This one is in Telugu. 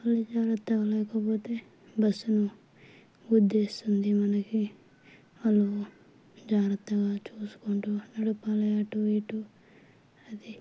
వాళ్ళు జాగ్రత్తగా లేకపోతే బస్సును గుద్దేస్తుంది మనకి వాళ్ళు జాగ్రత్తగా చూసుకుంటూ నడపాలి అటూ ఇటూ అదే